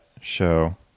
show